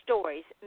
Stories